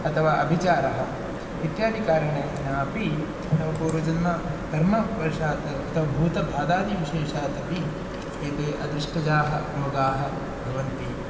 अथवा अविचारः इत्यादि कारणेन अपि अथवा पूर्वजन्मकर्मवशात् अथवा भूतबाधादिविशेषात् अपि एते अदृष्टजाः रोगाः भवन्ति